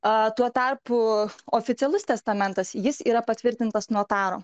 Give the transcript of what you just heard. o tuo tarpu oficialus testamentas jis yra patvirtintas notaro